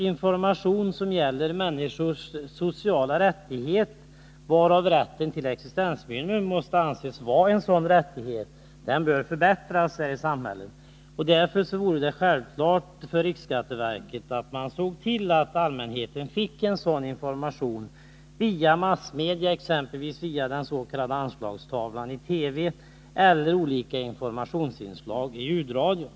Information som gäller människors sociala rättigheter, av vilka rätten till avdrag på grund av existensminimum måste anses vara en, måste förbättras. Därför borde det vara självklart att riksskatteverket såg till att allmänheten fick en sådan information via massmedia, exempelvis i ”Anslagstavlan” i TV eller i olika informationsinslag i ljudradion.